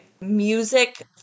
music